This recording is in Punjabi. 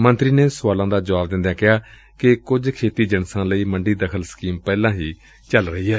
ਮੰਤਰੀ ਨੇ ਸੁਆਲਾਂ ਦਾ ਜੁਆਬ ਦਿੰਦਿਆਂ ਕਿਹਾ ਕਿ ਕੁਝ ਖੇਤੀ ਜਿਣਸਾਂ ਲਈ ਮੰਡੀ ਦਾਖ਼ਲ ਸਕੀਮ ਪਹਿਲਾਂ ਹੀ ਚੱਲ ਰਹੀ ਏ